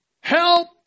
Help